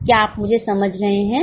क्या आप मुझे समझ रहे हैं